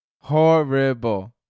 Horrible